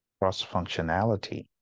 cross-functionality